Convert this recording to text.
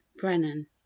Brennan